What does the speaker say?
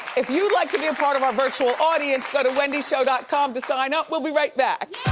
if you'd like to be a part of our virtual audience, go to wendyshow dot com to sign up. we'll be right back.